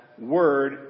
word